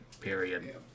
Period